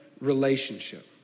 relationship